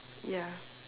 ya